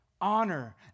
honor